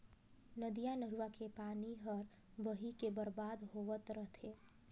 नदिया नरूवा के पानी हर बही के बरबाद होवत रथे